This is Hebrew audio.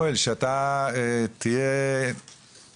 הכרטיס הזה ללונדון ואתה מתעצבן ומזמין במקום